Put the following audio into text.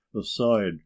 aside